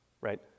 right